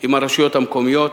עם הרשויות המקומיות,